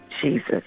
Jesus